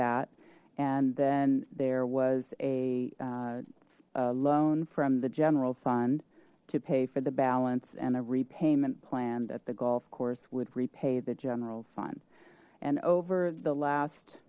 that and then there was a loan from the general fund to pay for the balance and a repayment plan that the golf course would repay the general fund and over the last